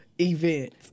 event